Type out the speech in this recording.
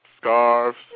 scarves